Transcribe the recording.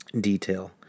detail